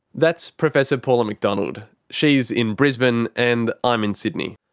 that's professor paula mcdonald. she's in brisbane, and i'm in sydney.